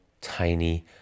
tiny